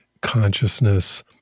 consciousness